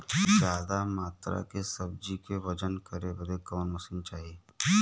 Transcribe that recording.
ज्यादा मात्रा के सब्जी के वजन करे बदे कवन मशीन चाही?